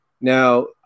Now